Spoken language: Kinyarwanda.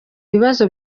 bibazo